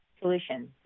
solution